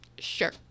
sure